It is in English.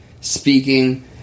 speaking